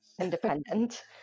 independent